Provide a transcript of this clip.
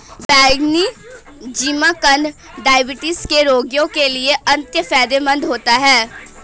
बैंगनी जिमीकंद डायबिटीज के रोगियों के लिए अत्यंत फायदेमंद होता है